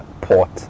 port